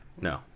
No